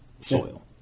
soil